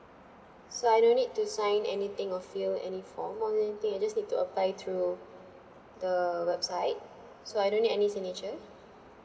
so I don't need to sign anything or fill any form only thing I just need to apply through the website so I don't need any signature